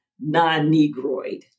Non-Negroid